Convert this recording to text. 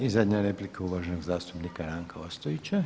I zadnja replika uvaženog zastupnika Ranka Ostojića.